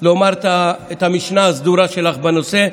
לומר את המשנה הסדורה שלך בנושא,